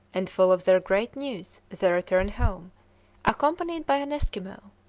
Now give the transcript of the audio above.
and full of their great news they returned home accompanied by an eskimo.